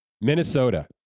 Minnesota